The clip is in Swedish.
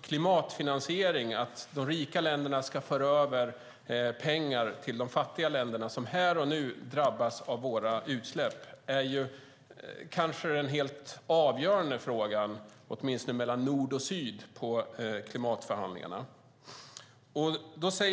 Klimatfinansieringen, att rika länder ska föra över pengar till fattiga länder som drabbas av våra utsläpp, är kanske den helt avgörande frågan i klimatförhandlingarna, åtminstone mellan nord och syd.